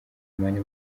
mane